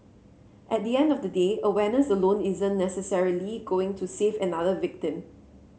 at the end of the day awareness alone isn't necessarily going to save another victim